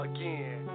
Again